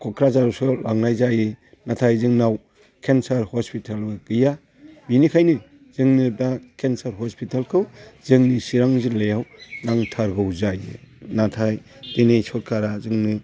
क'क्राझारावसो लांनाय जायो नाथाय जोंनाव केन्सार हस्पिटालबो गैया बेनिखायनो जोंनो दा केन्सार हस्पिटालखौ जोंनि चिरां जिल्लायाव नांथारगौ जायो नाथाय दिनै सरखारा जोंनो